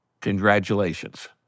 Congratulations